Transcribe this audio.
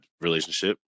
relationship